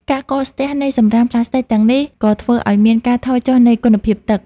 ការកកស្ទះនៃសម្រាមផ្លាស្ទិកទាំងនេះក៏ធ្វើឱ្យមានការថយចុះនៃគុណភាពទឹក។